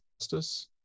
Justice